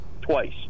twice